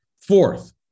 Fourth